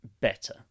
better